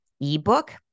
ebook